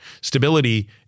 Stability